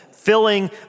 filling